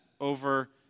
over